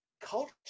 culture